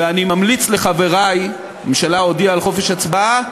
ואני ממליץ לחברי, הממשלה הודיעה על חופש הצבעה,